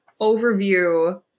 overview